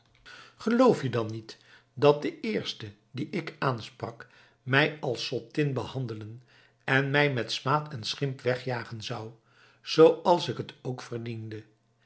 geloof je dan niet dat de eerste dien ik aansprak mij als zottin behandelen en mij met smaad en schimp weg jagen zou zooals ik het ook verdiende